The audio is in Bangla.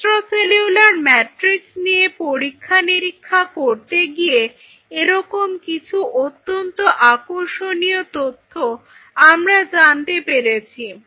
এক্সট্রা সেলুলার ম্যাট্রিক্স নিয়ে পরীক্ষা নিরীক্ষা করতে গিয়ে এরকম কিছু অত্যন্ত আকর্ষণীয় তথ্য আমরা জানতে পেরেছি